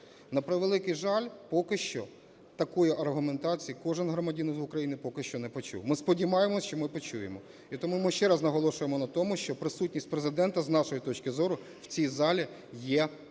На превеликий жаль, поки що такої аргументації кожен громадянин України поки що не почув. Ми сподіваємося, що ми почуємо. І тому ми ще раз наголошуємо на тому, що присутність Президента, з нашої точки зору, в цій залі є дуже